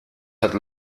had